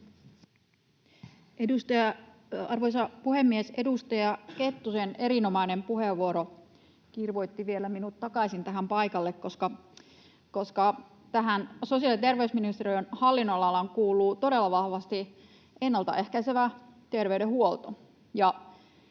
Arvoisa puhemies! Edustaja Kettusen erinomainen puheenvuoro kirvoitti vielä minut takaisin tähän paikalle, koska tähän sosiaali- ja terveysministeriön hallinnonalaan kuuluu todella vahvasti ennalta ehkäisevä terveydenhuolto,